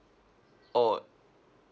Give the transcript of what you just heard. oh